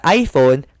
iPhone